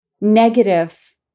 negative